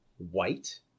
White